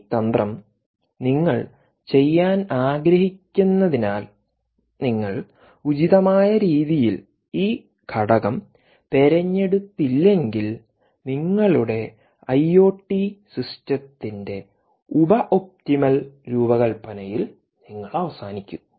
ഈ തന്ത്രം നിങ്ങൾ ചെയ്യാൻ ആഗ്രഹിക്കുന്നതിനാൽ നിങ്ങൾ ഉചിതമായ രീതിയിൽ ഈ ഘടകം തിരഞ്ഞെടുത്തില്ലെങ്കിൽ നിങ്ങളുടെ ഐഒടി സിസ്റ്റത്തിന്റെ ഉപ ഒപ്റ്റിമൽ രൂപകൽപ്പനയിൽ നിങ്ങൾ അവസാനിക്കും